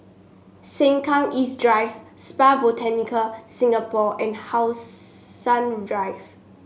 Sengkang East Drive Spa Botanica Singapore and How Sun Drive